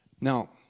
now